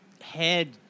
head